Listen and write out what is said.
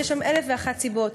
יש שם אלף ואחת סיבות,